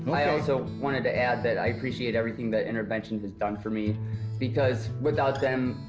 i also wanted to add that i appreciate everything that intervention has done for me because without them,